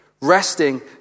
Resting